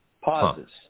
pauses